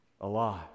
alive